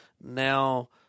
Now